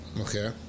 Okay